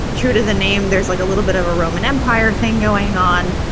true to the name, there's like a little bit of a roman empire thing going on.